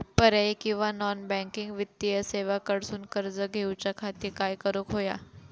पर्यायी किंवा non banking वित्तीय सेवा कडसून कर्ज घेऊच्या खाती काय करुक होया?